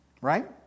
Right